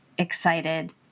excited